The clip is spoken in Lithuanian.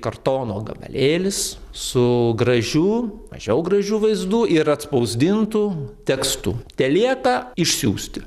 kartono gabalėlis su gražiu mažiau gražiu vaizdu ir atspausdintu tekstu telieka išsiųsti